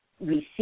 receive